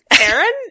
Aaron